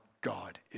God